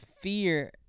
fear